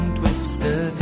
twister